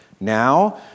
Now